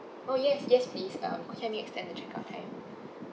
oh yes yes please um could you help me extend the checkout time